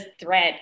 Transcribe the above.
thread